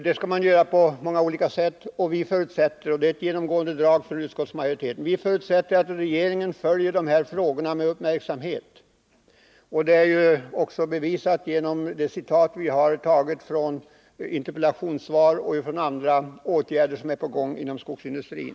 Det skall man göra på många olika sätt, och ett genomgående drag hos utskottsmajoriteten är att vi förutsätter att regeringen följer dessa frågor med uppmärksamhet. Att så också är fallet bevisas av det citat ur ett interpellationssvar som redovisas i betänkandet och av åtgärder som är på gång inom skogsindustrin.